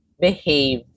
behave